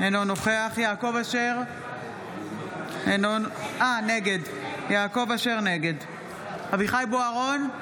אינו נוכח יעקב אשר, נגד אביחי אברהם בוארון,